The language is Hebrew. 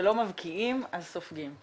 כשלא מבקיעים אז סופגים.